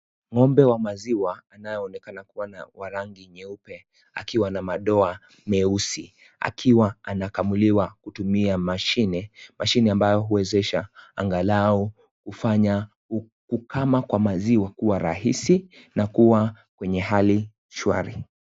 Ng'ombe wa maziwa anayeonekana kuwa wa mweupe akiwa na madoa meusi akiwa anakamuliwa kutumia mashine ambayo huweza angalau kufanya kukama kwa maziwa kuwa rahisi na kwenda hali shwari.